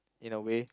in a way